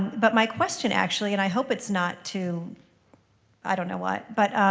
but my question, actually, and i hope it's not too i don't know what. but